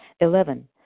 Eleven